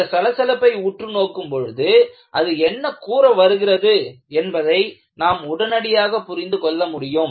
அந்த சலசலப்பை உற்று நோக்கும் பொழுது அது என்ன கூற வருகிறது என்பதை நாம் உடனடியாக புரிந்து கொள்ள முடியும்